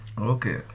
Okay